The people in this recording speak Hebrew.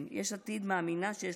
יש עתיד מאמינה שיש